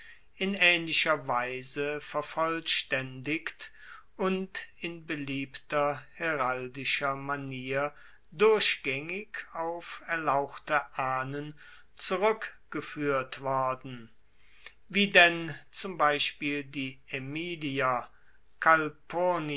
in aehnlicher weise vervollstaendigt und in beliebter heraldischer manier durchgaengig auf erlauchte ahnen zurueckgefuehrt worden wie denn zum beispiel die aemilier